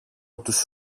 τους